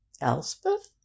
Elspeth